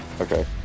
Okay